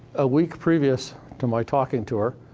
a week previous to my talking to her,